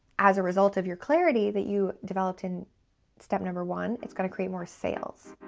as a result of your clarity that you developed in step number one, it's gonna create more sales.